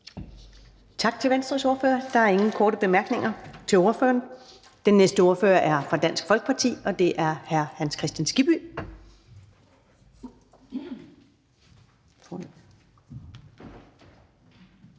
Tak til Enhedslistens ordfører. Der er ingen korte bemærkninger til ordføreren. Den næste ordfører er fra Det Konservative Folkeparti, og det er hr. Naser Khader.